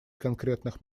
конкретных